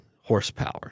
horsepower